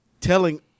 telling